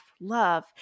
love